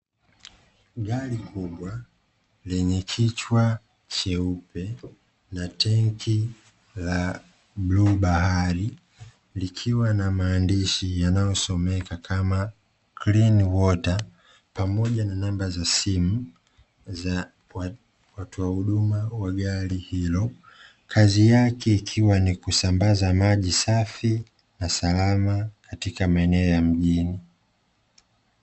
Gari kubwa lenye kichwa cheupe na tenki la bluu bahari, likiwa na maandishi yanayosomeka kama "CLEAN WATER" pamoja na namba za simu za watoa huduma wa gari hilo. Kazi yake ikiwa ni kusambaza maji safi na salama katika maeneo ya mjini.